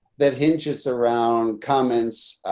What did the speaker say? that hinges around comments,